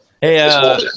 Hey